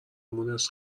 مونس